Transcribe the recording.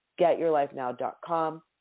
getyourlifenow.com